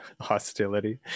hostility